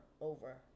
over